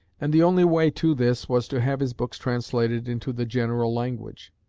and the only way to this was to have his books translated into the general language.